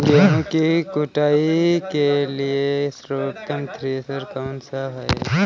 गेहूँ की कुटाई के लिए सर्वोत्तम थ्रेसर कौनसा है?